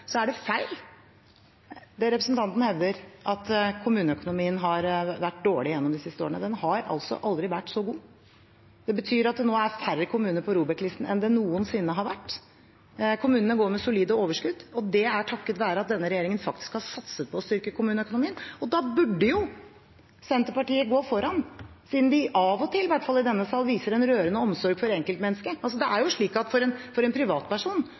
er feil det representanten hevder, at kommuneøkonomien har vært dårlig gjennom de siste årene. Den har altså aldri vært så god. Det betyr at det nå er færre kommuner på ROBEK-listen enn det noen gang har vært. Kommunene går med solide overskudd, og det er takket være at denne regjeringen faktisk har satset på å styrke kommuneøkonomien. Og da burde jo Senterpartiet gå foran, siden de i denne salen – i hvert fall av og til – viser en rørende omsorg for enkeltmennesket. For en privatperson er det jo